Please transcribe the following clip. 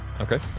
Okay